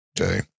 Okay